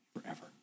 forever